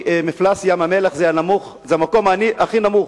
שמפלס ים-המלח זה המקום הכי נמוך,